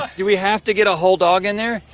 like do we have to get a whole dog in there?